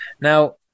Now